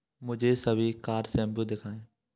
मुझे सभी car shampoo दिखाएँ